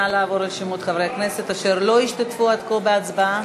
נא לעבור על שמות חברי הכנסת אשר לא השתתפו עד כה בהצבעה.